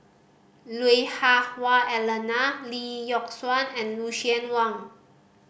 Lui Hah Wah Elena Lee Yock Suan and Lucien Wang